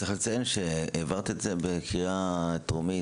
צריך לציין שהעברת את זה בקריאה טרומית